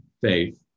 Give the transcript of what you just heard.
faith